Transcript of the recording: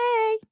Hey